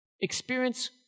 experience